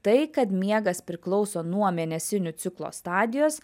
tai kad miegas priklauso nuo mėnesinių ciklo stadijos